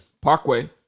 Parkway